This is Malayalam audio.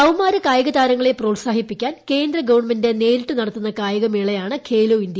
കൌമാര കായിക താരങ്ങളെ പ്രത്സാഹിപ്പിക്കാൻ കേന്ദ്ര ഗവൺമെന്റ് നേരിട്ട് നടത്തുന്ന കായികമേളയാണ് ഖേലോ ഇന്ത്യ